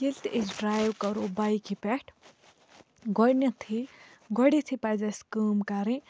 ییٚلہِ تہِ أسۍ ڈرٛایِو کَرو بایکہِ پٮ۪ٹھ گۄڈنٮ۪تھٕے گۄڈٮ۪تھٕے پَزِ اَسہِ کٲم کَرٕنۍ